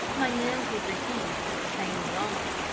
my limbs would refuse to sustain me longer,